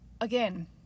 again